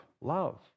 love